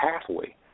pathway